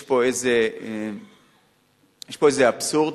יש פה איזה אבסורד.